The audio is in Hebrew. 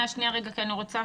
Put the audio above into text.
אני רוצה